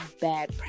bad